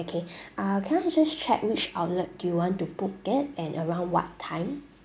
okay ah can I just check which outlet do you want to book it and around what time